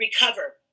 recover